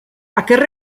aquests